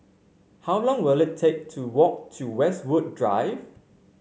how long will it take to walk to Westwood Drive